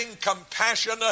compassion